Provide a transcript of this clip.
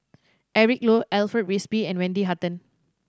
Eric Low Alfred Frisby and Wendy Hutton